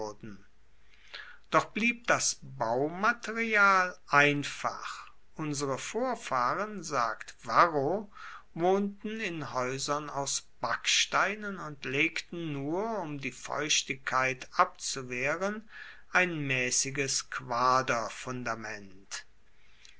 doch blieb das baumaterial einfach unsere vorfahren sagt varro wohnten in haeusern aus backsteinen und legten nur um die feuchtigkeit abzuwehren ein maessiges